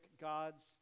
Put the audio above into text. God's